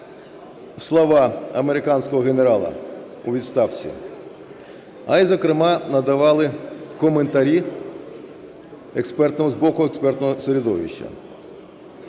слова американського генерала у відставці, а й, зокрема, надавали коментарі з боку експертного середовища.